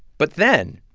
but then,